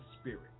spirit